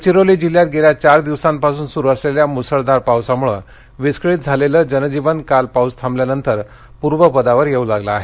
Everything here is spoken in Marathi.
गडचिरोली जिल्ह्यात गेल्या चार दिवसांपासून सुरु असलेल्या मुसळधार पावसामुळे विस्कळीत झालेलं जनजीवन काल पाऊस थांबल्यानंतर पूर्वपदावर येऊ लागलं आहे